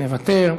מוותר,